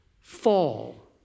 fall